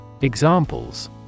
Examples